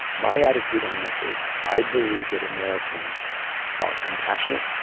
my attitude on this is i believe that americans are compassionate.